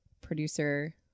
producer